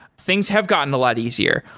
things have gotten a lot easier.